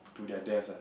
to their deaths ah